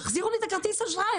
תחזירו לי את כרטיס האשראי,